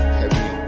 heavy